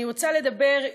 אני רוצה לדבר,